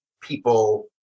people